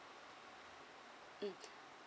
mm